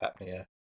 apnea